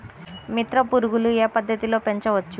మిత్ర పురుగులు ఏ పద్దతిలో పెంచవచ్చు?